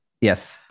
yes